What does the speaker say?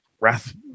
Wrath